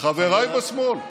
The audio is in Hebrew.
חבריי בשמאל,